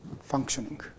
functioning